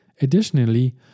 Additionally